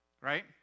Right